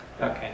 Okay